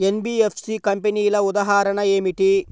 NBFC కంపెనీల ఉదాహరణ ఏమిటి?